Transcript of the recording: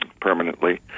permanently